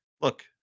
look